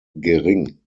gering